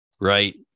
right